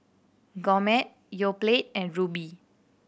Gourmet Yoplait and Rubi